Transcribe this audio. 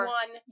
one